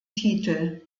titel